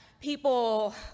people